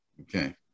Okay